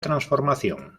transformación